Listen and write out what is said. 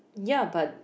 ya but